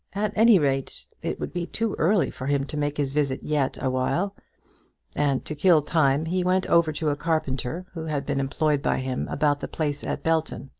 at any rate it would be too early for him to make his visit yet awhile and, to kill time, he went over to a carpenter who had been employed by him about the place at belton.